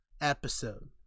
episode